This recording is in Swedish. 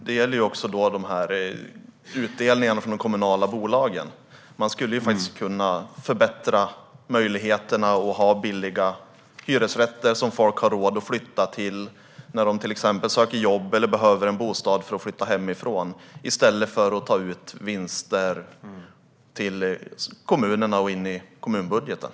Herr talman! Frågan gällde också utdelningarna från de kommunala bolagen. Man skulle faktiskt kunna förbättra möjligheterna att bygga billiga hyresrätter som folk har råd att flytta till när de till exempel söker jobb eller behöver en bostad för att flytta hemifrån, i stället för att ta ut vinster som går till kommunerna och in i kommunbudgetarna.